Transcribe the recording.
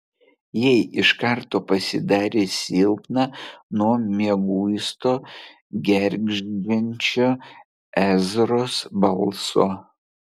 jai iš karto pasidarė silpna nuo mieguisto gergždžiančio ezros balso